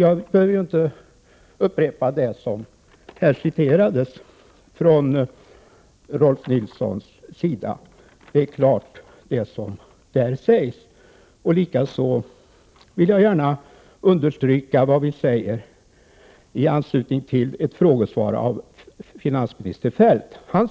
Jag behöver inte upprepa det som Rolf L Nilson citerade. Likaså vill jag gärna understryka vad vi säger i anslutning till ett frågesvar av finansminister Kjell-Olof Feldt.